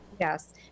yes